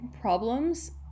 problems